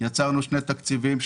יצרנו שני תקציבים,